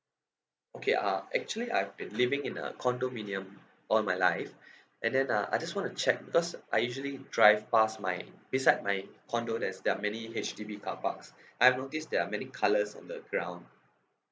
okay uh actually I've been living in a condominium all my life and then uh I just wanna check because I usually drive past my beside my condo that's there're many H_D_B carparks I've notice there are many colours on the ground